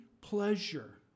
pleasure